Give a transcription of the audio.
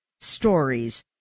stories